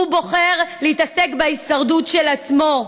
הוא בוחר להתעסק בהישרדות של עצמו.